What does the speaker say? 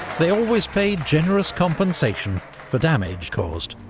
they always paid generous compensation for damage caused.